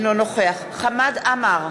אינו נוכח חמד עמאר,